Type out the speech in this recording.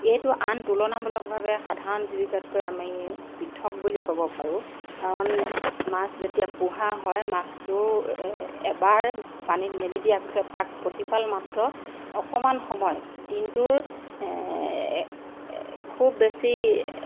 এইটো আন তুলনামূলকভাৱে সাধাৰণ জীৱিকাতকৈ আমি পৃথক বুলি ক'ব পাৰোঁ কাৰণ মাছ যেতিয়া পোহা হয় মাছটো এবাৰ পানীত মেলি দিয়াৰ পিছত তাক প্ৰতিপাল মাত্ৰ অকণমান সময় দিনটোৰ খুব বেছি